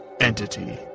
Entity